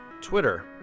Twitter